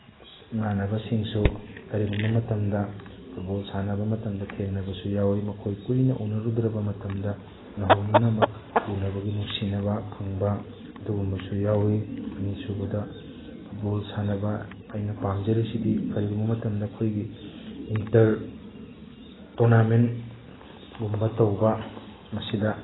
ꯏꯃꯥꯅꯕꯁꯤꯡꯁꯨ ꯀꯔꯤꯒꯨꯝꯕ ꯃꯇꯝꯗ ꯐꯨꯠꯕꯣꯜ ꯁꯥꯟꯅꯕ ꯃꯇꯝꯗ ꯊꯦꯡꯅꯕꯁꯨ ꯌꯥꯎꯏ ꯃꯈꯣꯏ ꯀꯨꯏꯅ ꯎꯅꯔꯨꯗ꯭ꯔꯕ ꯃꯇꯝꯗ ꯅꯍꯧꯅꯅꯃꯛ ꯎꯅꯕꯒꯤ ꯅꯨꯡꯁꯤꯅꯕ ꯐꯪꯕ ꯑꯗꯨꯒꯨꯝꯕꯁꯨ ꯌꯥꯎꯏ ꯑꯅꯤꯁꯨꯕꯗ ꯐꯨꯠꯕꯣꯜ ꯁꯥꯟꯅꯕ ꯑꯩꯅ ꯄꯥꯝꯖꯔꯤꯁꯤꯗꯤ ꯀꯔꯤꯒꯨꯝꯕ ꯃꯇꯝꯗ ꯑꯩꯈꯣꯏꯒꯤ ꯏꯟꯇꯔ ꯇꯣꯔꯅꯥꯃꯦꯟꯒꯨꯝꯕ ꯇꯧꯕ ꯃꯁꯤꯗ